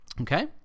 okay